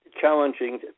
challenging